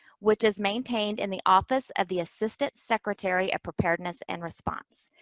which is maintained in the office of the assistant secretary of preparedness and response.